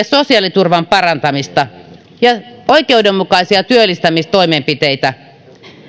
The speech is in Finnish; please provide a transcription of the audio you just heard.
sosiaaliturvan parantamista yrittäjille ja oikeudenmukaisia työllistämistoimenpiteitä